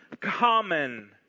common